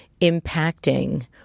impacting